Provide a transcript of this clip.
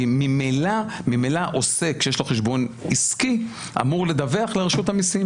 כי ממילא עוסק שיש לו חשבון עסקי אמור לדווח לרשות המיסים.